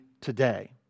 today